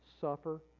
suffer